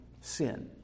sin